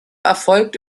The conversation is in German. erfolgt